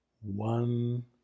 one